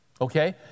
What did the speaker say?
okay